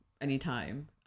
anytime